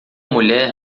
mulher